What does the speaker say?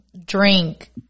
drink